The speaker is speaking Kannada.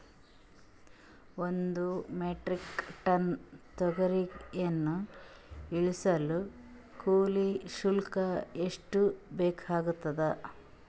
ಒಂದು ಮೆಟ್ರಿಕ್ ಟನ್ ತೊಗರಿಯನ್ನು ಇಳಿಸಲು ಕೂಲಿ ಶುಲ್ಕ ಎಷ್ಟು ಬೇಕಾಗತದಾ?